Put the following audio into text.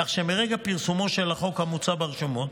כך שמרגע פרסומו של החוק המוצע ברשומות